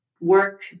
work